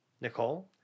Nicole